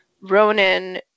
ronan